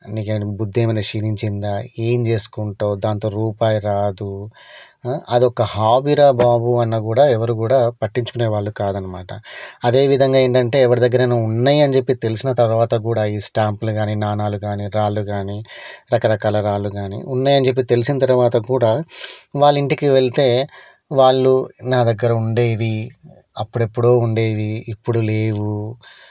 నీకు ఏమన్న బుద్ధి ఏమన్న క్షీణించిందా ఏమి చేసుకుంటావు దాంతో రూపాయి రాదు అది ఒక హాబీరా బాబు అన్నా కూడా ఎవరు గూడా పట్టించుకునే వాళ్ళు కాదు అన్నమాట అదే విధంగా ఏంటంటే ఎవరి దగ్గరైనా ఉన్నాయని చెప్పి తెలిసిన తర్వాత కూడా ఈ స్టాంపులు కానీ నాణ్యాలు కానీ రాళ్ళు కానీ రకరకాల రాళ్ళు కానీ ఉన్నాయని చెప్పి తెలిసిన తర్వాత కూడా వాళ్ళ ఇంటికి వెళితే వాళ్ళు నా దగ్గర ఉండేవి అప్పుడెప్పుడో ఉండేవి ఇప్పుడు లేవు